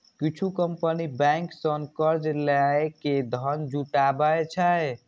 किछु company bank सं कर्ज लए के धन जुटाबै छै